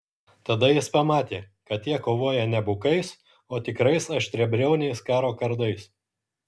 tada jis pamatė kad jie kovoja ne bukais o tikrais aštriabriauniais karo kardais